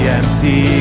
empty